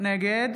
נגד